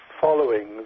following